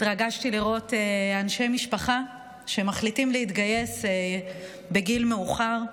התרגשתי לראות אנשי משפחה שמחליטים להתגייס בגיל מאוחר.